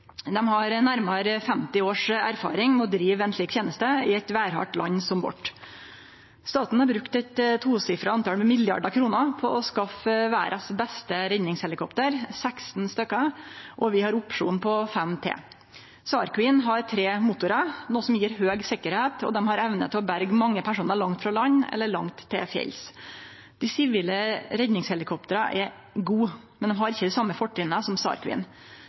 Dei har nærare 50 års erfaring med å drive ei slik teneste i eit vêrhardt land som vårt. Staten har brukt eit tosifra antal milliardar kroner på å skaffe verdas beste redningshelikopter, 16 stykk, og vi har opsjon på fem til. SAR Queen har tre motorar, noko som gjev høg sikkerheit, og dei har evne til å berge mange personar langt frå land eller langt til fjells. Dei sivile redningshelikoptera er gode, men dei har ikkje dei same fortrinna som